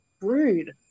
Rude